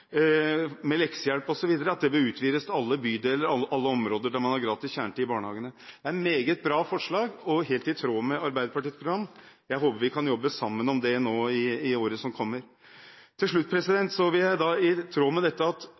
med leksehjelp osv., og at dette bør utvides til alle bydeler, alle områder der man har gratis kjernetid i barnehagen. Dette er et meget bra forslag og helt i tråd med Arbeiderpartiets program. Jeg håper vi kan jobbe sammen om det i året som kommer. I tråd med at områdesatsing er motoren for alt dette